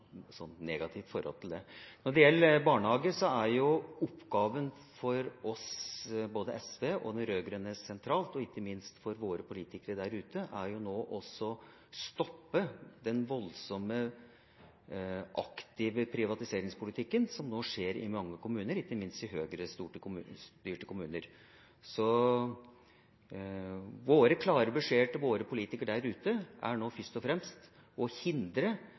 absolutt negativt forhold til det. Når det gjelder barnehager, er oppgaven for oss – både for SV og de rød-grønne sentralt og ikke minst for våre politikere der ute – nå å stoppe den voldsomme, aktive privatiseringspolitikken som nå skjer i mange kommuner, ikke minst i høyrestyrte kommuner. Våre klare beskjeder til våre politikere der ute er nå først og fremst å hindre